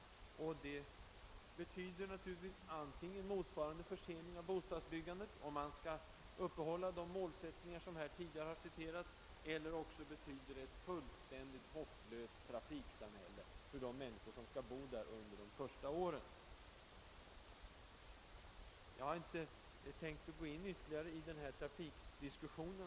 Det medför naturligtvis antingen en motsvarande försening av bostadsbyggandet, om man skall fasthålla vid de målsättningar som här tidigare har återgivits, eller ett fullständigt hopplöst trafikkaos under de första åren för de människor som skall bo där. Jag har inte tänkt att gå in ytterligare på trafikdiskussionen.